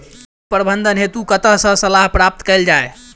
कीट प्रबंधन हेतु कतह सऽ सलाह प्राप्त कैल जाय?